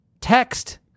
text